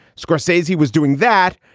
scorsese, he was doing that,